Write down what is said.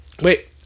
wait